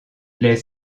les